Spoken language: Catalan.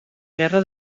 guerra